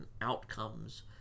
outcomes